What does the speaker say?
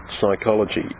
psychology